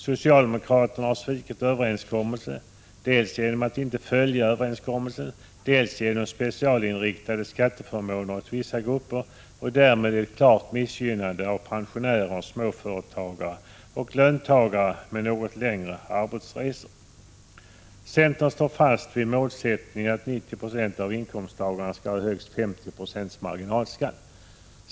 Socialdemokraterna har svikit överenskommelsen, dels genom att inte följa denna överenskommelse, dels genom att föreslå specialriktade skatteförmåner åt vissa grupper — och därmed ett klart missgynnande av pensionärer, småföretagare och löntagare med något längre arbetsresor. Centern står fast vid målsättningen att 90 90 av inkomsttagarna skall ha högst 50 90 marginalskatt.